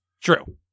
True